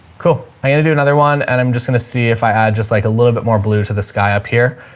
cool i'm going to do another one and i'm just going to see if i had just like a little bit more blue to the sky up here.